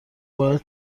باید